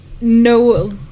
no